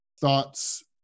thoughts